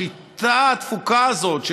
השיטה הדפוקה הזאת,